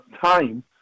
time